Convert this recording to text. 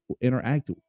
interact